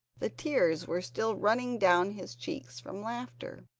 the tears were still running down his cheeks from laughter.